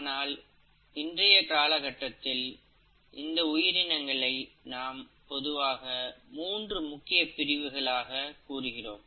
ஆனால் இன்றைய கால கட்டத்தில் இந்த உயிரினங்களை நாம் பொதுவாக மூன்று முக்கிய பிரிவுகளாக கூறுகிறோம்